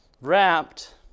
wrapped